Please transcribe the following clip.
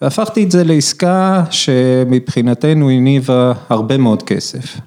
והפכתי את זה לעסקה... שמבחינתנו הניבה... הרבה מאוד כסף.